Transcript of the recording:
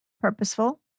Purposeful